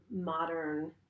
modern